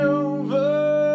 over